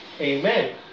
Amen